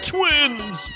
Twins